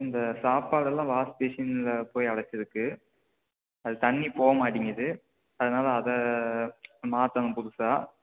இந்த சாப்பாடெல்லாம் வாஷ் பேஷனில் போய் அடைச்சிருக்கு அது தண்ணி போகமாட்டேங்கிது அதனால் அதை மாற்றணும் புதுசாக